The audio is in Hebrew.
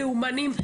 לאומנים.